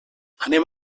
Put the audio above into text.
anem